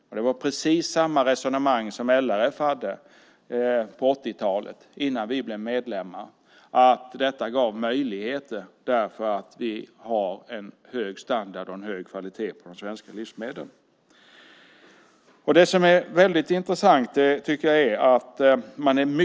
LRF hade precis samma resonemang på 80-talet innan vi blev medlemmar i EU, nämligen att det gav möjligheter därför att vi har hög standard och kvalitet på de svenska livsmedlen.